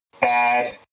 bad